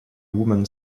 woman